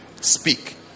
Speak